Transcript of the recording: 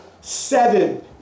seven